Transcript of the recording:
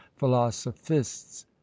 philosophists